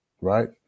right